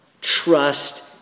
Trust